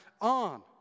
on